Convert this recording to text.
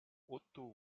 otto